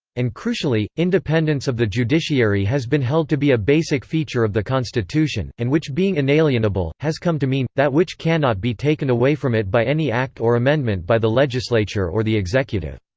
and crucially, independence of the judiciary has been held to be a basic feature of the constitution, and which being inalienable, has come to mean that which cannot be taken away from it by any act or amendment by the legislature or the executive.